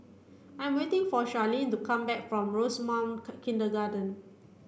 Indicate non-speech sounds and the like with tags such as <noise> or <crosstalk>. I am waiting for Charline to come back from Rosemount <unintelligible> Kindergarten